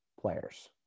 players